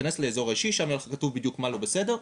תכנס לאזור האישי שם כתוב בדיוק מה לא בסדר,